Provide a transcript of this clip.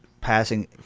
passing